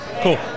Cool